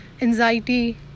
anxiety